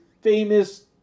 famous